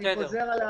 אני חוזר.